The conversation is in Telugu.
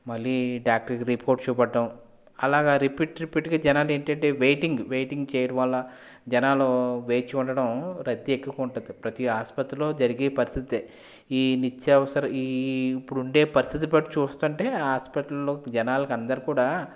మళ్ళీ డాక్టర్కి రిపోర్ట్స్ చోపించటం అలాగ రిపిట్ రిపీట్గా జనాలు ఏంటంటే వెయిటింగ్ వెయిటింగ్ చెయ్యడం వల్ల జనాలు వేచి ఉండటం రద్దీ ఎక్కువగా ఉంటుంది ప్రతి ఆసుపత్రిలో జరిగే పరిస్థితె ఈ నిత్యవసర ఈ ఇప్పుడు ఉండే పరిస్థితి బట్టి చూస్తుంటే హాస్పిటల్లో జనాలు అందరూ కూడా